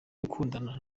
gukundana